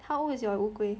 how old is your 乌龟